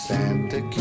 Santa